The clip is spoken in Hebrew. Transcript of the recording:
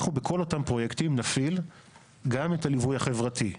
אנחנו בכל אותם פרויקטים נפעיל גם את הליווי החברתי,